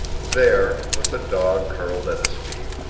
there, with the dog curled at his feet,